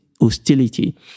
hostility